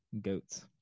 Goats